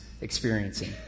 experiencing